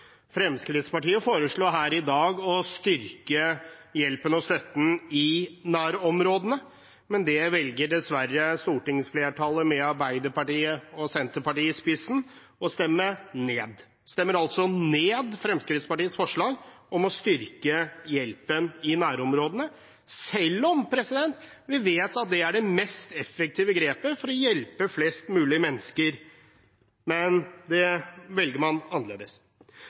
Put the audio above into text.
Fremskrittspartiet foreslår her i dag å styrke hjelpen og støtten i nærområdene, men det velger dessverre stortingsflertallet, med Arbeiderpartiet og Senterpartiet i spissen, å stemme ned. Man stemmer altså ned Fremskrittspartiets forslag om å styrke hjelpen i nærområdene, selv om vi vet at det er det mest effektive grepet for å hjelpe flest mulig mennesker. Man velger annerledes. For pengene det